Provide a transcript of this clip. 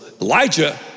Elijah